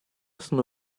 sono